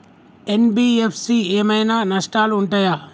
NBFC ఏమైనా నష్టాలు ఉంటయా?